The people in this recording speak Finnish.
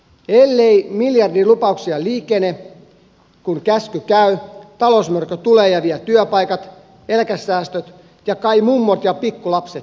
ellei miljardilupauksia liikene kun käsky käy talousmörkö tulee ja vie työpaikat eläkesäästöt ja kai mummot ja pikkulapsetkin